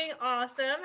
awesome